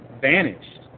vanished